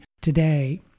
today